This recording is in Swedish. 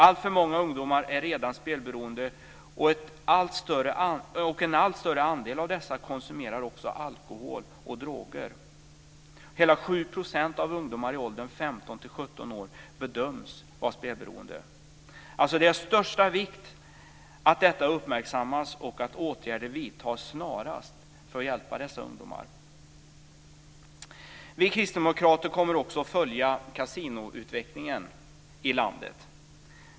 Alltför många ungdomar är redan spelberoende och en allt större andel av dessa konsumerar också alkohol och droger. Hela 7 % av ungdomarna i åldern 15-17 år bedöms vara spelberoende. Det är alltså av största vikt att detta uppmärksammas och att åtgärder vidtas snarast för att hjälpa dessa ungdomar. Vi kristdemokrater kommer också att följa kasinoutvecklingen i landet.